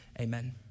Amen